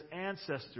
ancestors